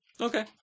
Okay